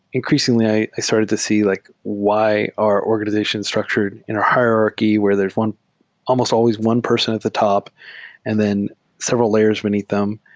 increasingly, i i started to see like why our organization structured in hierarchy where there's almost always one person at the top and then several layers beneath them,